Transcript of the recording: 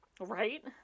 right